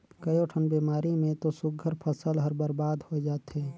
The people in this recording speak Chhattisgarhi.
कयोठन बेमारी मे तो सुग्घर फसल हर बरबाद होय जाथे